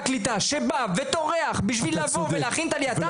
לשר העלייה והקליטה שבא וטורח בשביל להכין את עלייתם,